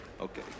Okay